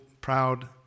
proud